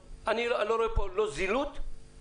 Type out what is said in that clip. לפי הכתובת של התלמיד במשרד האוכלוסין הוא יקבל הפנייה